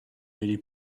بری